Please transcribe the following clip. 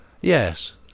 Yes